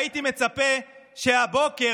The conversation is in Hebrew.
הייתי מצפה שהבוקר,